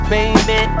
Baby